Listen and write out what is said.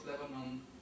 Lebanon